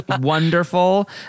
wonderful